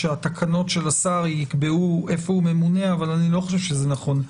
ושהתקנות של השר יקבעו איפה הוא ממונה אבל אני לא חושב שזה נכון.